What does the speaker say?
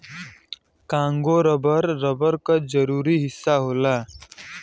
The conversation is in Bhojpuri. कांगो रबर, रबर क जरूरी हिस्सा होला